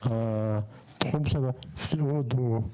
התחום של הסיעוד הוא,